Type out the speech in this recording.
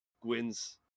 Gwyn's